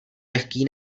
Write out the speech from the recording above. lehký